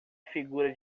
figura